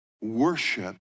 worship